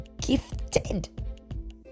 gifted